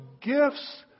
gifts